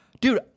Dude